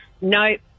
Nope